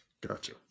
Gotcha